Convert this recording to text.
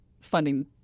funding